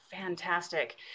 fantastic